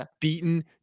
beaten